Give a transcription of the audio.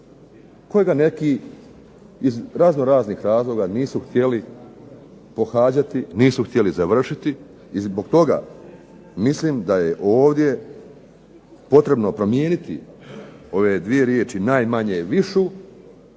kojega neki iz raznoraznih razloga nisu htjeli pohađati, nisu htjeli završiti. I zbog toga mislim da je ovdje potrebno promijeniti ove dvije riječi najmanje više